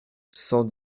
cent